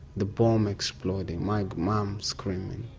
the bomb exploding, my mum screaming,